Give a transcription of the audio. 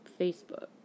Facebook